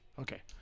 Okay